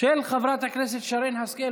של חברת הכנסת שרן השכל.